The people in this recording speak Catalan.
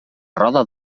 roda